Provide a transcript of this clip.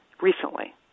recently